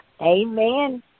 Amen